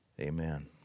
Amen